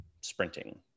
sprinting